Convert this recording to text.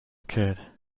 could